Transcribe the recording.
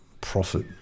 profit